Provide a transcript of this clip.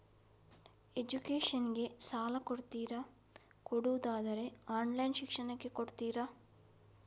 Education ಗೆ ಸಾಲ ಕೊಡ್ತೀರಾ, ಕೊಡುವುದಾದರೆ ಆನ್ಲೈನ್ ಶಿಕ್ಷಣಕ್ಕೆ ಕೊಡ್ತೀರಾ?